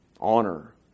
honor